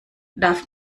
darf